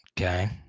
Okay